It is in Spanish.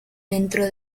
dentro